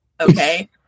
okay